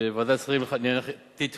שוועדת השרים תתמוך,